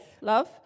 love